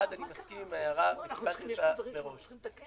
אחד, אני מסכים להערה וקיבלתי אותה מראש.